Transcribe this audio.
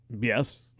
Yes